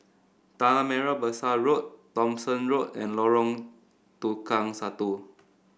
Tanah Merah Besar Road Thomson Road and Lorong Tukang Satu